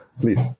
please